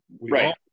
Right